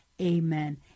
Amen